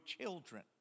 children